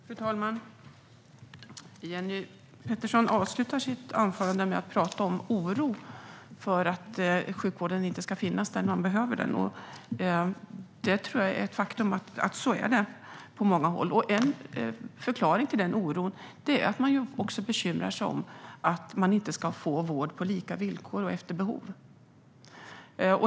Fru talman! Jenny Petersson avslutade sitt anförande med att prata om oron för att sjukvården inte ska finnas när man behöver den. Det är ett faktum på många håll. En förklaring till oron är att man bekymrar sig för att man inte ska få vård på lika villkor och efter behov.